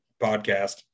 podcast